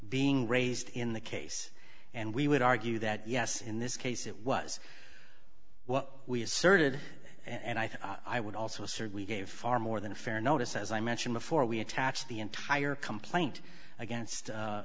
being raised in the case and we would argue that yes in this case it was what we asserted and i think i would also assert we gave far more than a fair notice as i mentioned before we attach the entire complaint against